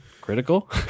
critical